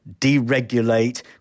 deregulate